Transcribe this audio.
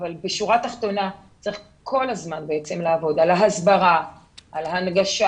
אבל בשורה תחתונה צריך כל הזמן לעבוד על ההסברה וההנגשה